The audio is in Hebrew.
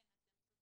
כן, אתם צודקים.